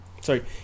sorry